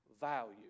value